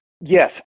Yes